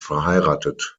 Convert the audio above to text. verheiratet